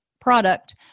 product